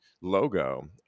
logo